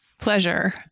pleasure